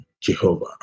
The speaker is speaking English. Jehovah